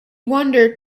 wondered